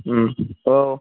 औ